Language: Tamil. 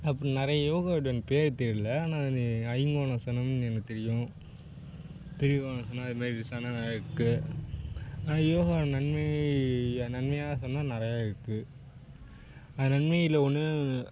அப்புறம் நிறைய யோகாவோட எனக்கு பேர் தெரியல ஆனால் ஐங்கோணாசனம் எனக்குத் தெரியும் திரிகோணாசனா அதுமாரி ஆசனாலாம் நிறைய இருக்குது ஆனால் யோகா நன்மை நன்மையாக சொன்னால் நிறையா இருக்குது அந்த நன்மையில் ஒன்று